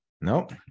nope